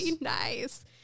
nice